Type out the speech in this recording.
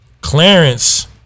Clarence